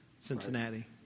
Cincinnati